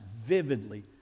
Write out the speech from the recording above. vividly